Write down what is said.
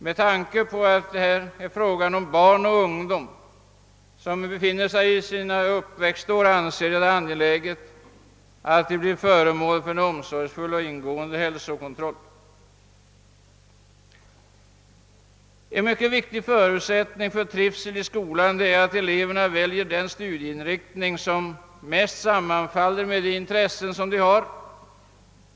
Med tanke på att det är fråga om barn och ungdom som befinner sig i sina uppväxtår, anser jag det angeläget att de blir föremål för en omsorgsfull och ingående hälsokontroll. En mycket viktig förutsättning för trivseln i skolan är att eleverna väljer den studieinriktning, som mest sammanfaller med de intressen de har.